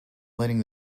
letting